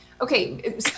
Okay